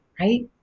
right